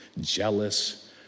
jealous